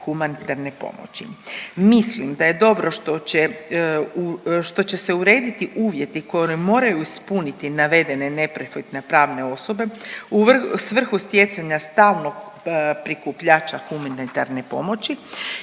humanitarne pomoći. Mislim da je dobro što će se urediti uvjeti koje oni moraju ispuniti navedene neprofitne pravne osobe u svrhu stjecanja stalnog prikupljača humanitarne pomoći